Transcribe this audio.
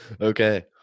Okay